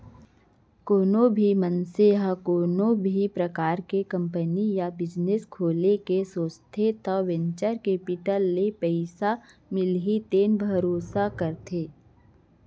कोनो भी मनसे ह कोनो भी परकार के कंपनी या बिजनेस खोले के सोचथे त वेंचर केपिटल ले पइसा मिलही तेन भरोसा करथे